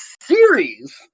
series